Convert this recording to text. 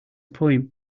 poem